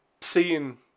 seeing